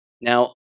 Now